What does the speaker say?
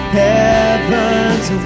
heaven's